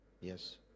yes